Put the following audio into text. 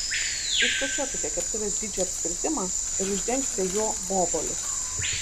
iškočiokite keptuvės dydžio apskritimą ir uždenkite juo obuolius